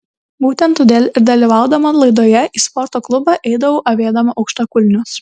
būtent todėl ir dalyvaudama laidoje į sporto klubą eidavau avėdama aukštakulnius